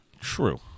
True